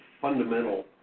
fundamental